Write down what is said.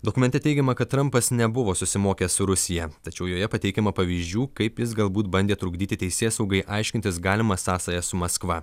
dokumente teigiama kad trampas nebuvo susimokęs su rusija tačiau joje pateikiama pavyzdžių kaip jis galbūt bandė trukdyti teisėsaugai aiškintis galimą sąsają su maskva